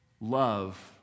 love